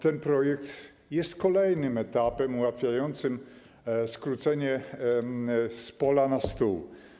Ten projekt jest kolejnym etapem ułatwiającym skrócenie drogi z pola na stół.